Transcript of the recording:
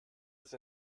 ist